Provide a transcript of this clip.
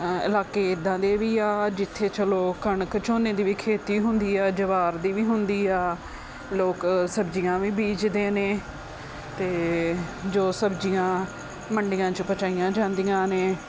ਇਲਾਕੇ ਇੱਦਾਂ ਦੇ ਵੀ ਆ ਜਿੱਥੇ ਚਲੋ ਕਣਕ ਝੋਨੇ ਦੀ ਵੀ ਖੇਤੀ ਹੁੰਦੀ ਹੈ ਜਵਾਰ ਦੀ ਵੀ ਹੁੰਦੀ ਹੈ ਲੋਕ ਸਬਜ਼ੀਆਂ ਵੀ ਬੀਜਦੇ ਹਨ ਅਤੇ ਜੋ ਸਬਜ਼ੀਆਂ ਮੰਡੀਆਂ 'ਚ ਪਹੁੰਚਾਈਆਂ ਜਾਂਦੀਆਂ ਹਨ